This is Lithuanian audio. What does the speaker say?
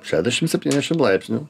šešiasdešimt septyniasdešimt laipsnių